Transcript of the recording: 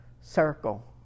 circle